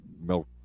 milk